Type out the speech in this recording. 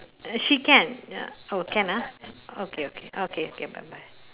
uh she can ya oh can ah okay okay okay okay bye bye